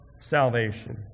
salvation